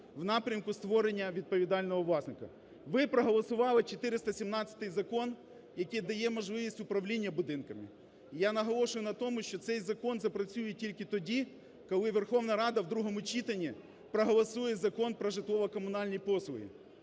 Ви проголосували 417 закон, який дає можливість управління будинками. Я наголошую на тому, що цей закон запрацює тільки тоді, коли Верховна Рада в другому читанні проголосує Закон про житлово-комунальні послуги,